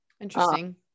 Interesting